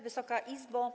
Wysoka Izbo!